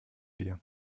wir